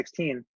2016